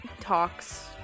talks